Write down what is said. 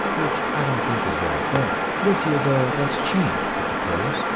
which i don't think was very fair. this year though, that's changed with the pros.